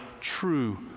true